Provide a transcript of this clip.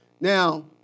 Now